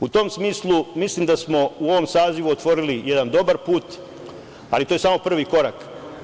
U tom smislu, mislim da smo u ovom sazivu otvorili jedan dobar put, ali to je samo prvi korak.